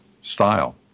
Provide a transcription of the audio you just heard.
style